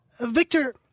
Victor